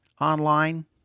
online